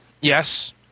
Yes